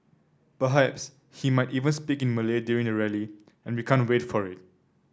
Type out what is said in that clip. perhaps he might even speak in Malay during the rally and we can't wait for it